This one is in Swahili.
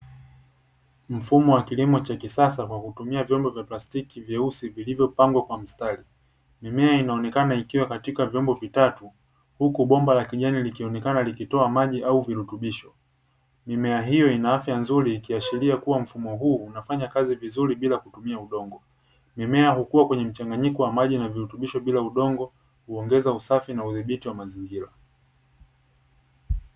Mfumo wa kilimo wa kisasa kwa kutumia vyombo vya plastiki vyeusi vilivyopangwa kwa mstari mimea inaonekana ikiwa katika vyombo vitatu huku bomba la kijani likionekana kutoa majia au virutubisho, mimea hiyo ima afya nzuri ikiashiria mfumo huu unatoa bila kutumia udongo, mimea hukua kwnye virutubisho na maji bila udongo kuongeza usafi na uzibiti wa mazingira.